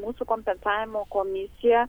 mūsų kompensavimo komisija